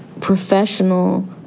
professional